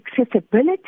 accessibility